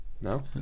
No